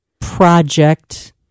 project